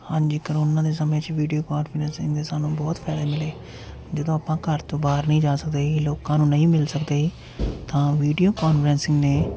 ਹਾਂਜੀ ਕਰੋਨਾ ਦੇ ਸਮੇਂ 'ਚ ਵੀਡੀਓ ਕੋਂਨਫਰੈਂਸਿੰਗ ਦੇ ਸਾਨੂੰ ਬਹੁਤ ਫ਼ਾਇਦੇ ਮਿਲੇ ਜਦੋਂ ਆਪਾਂ ਘਰ ਤੋਂ ਬਾਹਰ ਨਹੀਂ ਜਾ ਸਕਦੇ ਸੀ ਲੋਕਾਂ ਨੂੰ ਨਹੀਂ ਮਿਲ ਸਕਦੇ ਸੀ ਤਾਂ ਵੀਡੀਓ ਕੋਂਨਫਰੈਂਸਿੰਗ ਨੇ